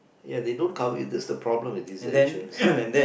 ya they don't cover you that's the problem with this uh insurance